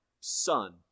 son